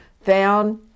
found